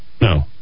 no